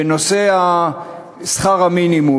בנושא שכר המינימום,